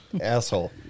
Asshole